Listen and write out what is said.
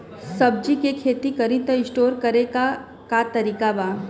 सब्जी के खेती करी त स्टोर करे के का तरीका बा?